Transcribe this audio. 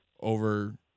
over